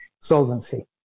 solvency